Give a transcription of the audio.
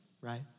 right